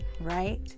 right